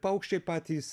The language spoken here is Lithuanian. paukščiai patys